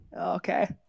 Okay